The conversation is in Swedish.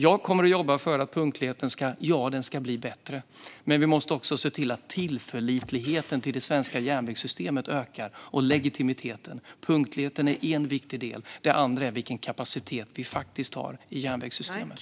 Jag kommer att jobba för att punktligheten ska bli bättre. Men vi måste också se till att det svenska järnvägssystemets tillförlitlighet och legitimitet ökar. Punktligheten är en viktig del. Det andra är vilken kapacitet vi faktiskt har i järnvägssystemet.